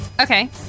Okay